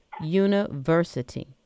University